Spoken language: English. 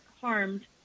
harmed